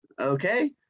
Okay